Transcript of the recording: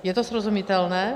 Je to srozumitelné?